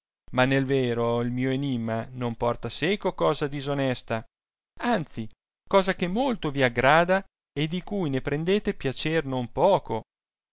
ma nel vero il mio enimma non porta seco cosa disonesta anzi cosa che molto vi aggrada e di cui ne prendete piacer non poco